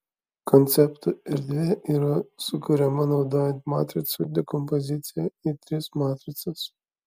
konceptų erdvė yra sukuriama naudojant matricų dekompoziciją į tris matricas